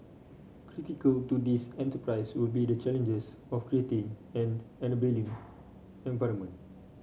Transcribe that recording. critical to this enterprise will be the challenges of creating an enabling environment